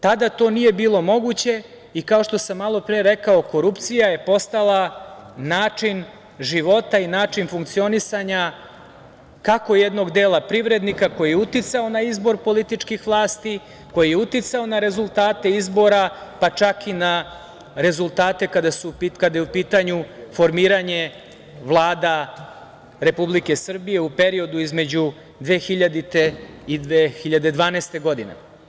Tada to nije bilo moguće i, kao što sam malopre rekao, korupcija je postala način života i način funkcionisanja, kako jednog dela privrednika koji je uticao na izbor političkih vlasti, koji je uticao na rezultate izbora, pa čak i na rezultate kada je u pitanju formiranje Vlada Republike Srbije u periodu između 2000. i 2012. godine.